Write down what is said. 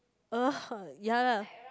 uh ya lah